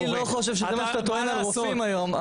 אני לא חושב שזה מה שאתה טוען על רופאים היום,